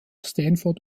stanford